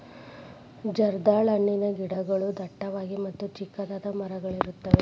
ಜರ್ದಾಳ ಹಣ್ಣಿನ ಗಿಡಗಳು ಡಟ್ಟವಾಗಿ ಮತ್ತ ಚಿಕ್ಕದಾದ ಮರಗಳಿರುತ್ತವೆ